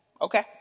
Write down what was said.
Okay